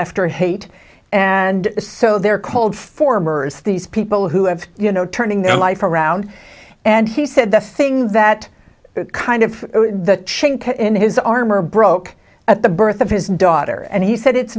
after hate and so they're called formers these people who have you know turning their life around and he said the thing that kind of the chink in his armor broke at the birth of his daughter and he said it's